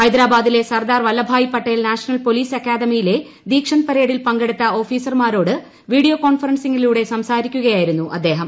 ഹൈദരാബാദിലെ Sardar Vallabhbhai Patel national police അക്കാദമിയിലെ ്ദ്രീക്ഷന്ദ് പരേഡിൽ പങ്കെടുത്ത ഓഫീസർമാരോട് വീഡിയ്ക്കോൺഫറൻസിങ്ങിലൂടെ സംസാരിക്കുകയായിരു്ക്കും ്അദ്ദേഹം